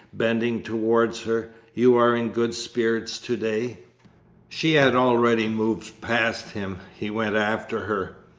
bending towards her. you are in good spirits to-day she had already moved past him. he went after her.